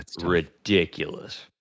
ridiculous